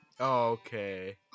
Okay